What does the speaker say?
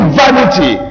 vanity